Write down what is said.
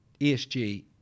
ESG